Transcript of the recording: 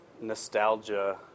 nostalgia